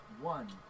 one